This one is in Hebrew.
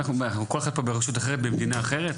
אז מה אנחנו כל אחד פה נמצא במדינה אחרת וברשות אחרת?